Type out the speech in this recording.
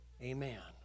Amen